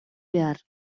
behar